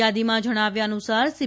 યાદીમાં જણાવ્યા અનુસાર સી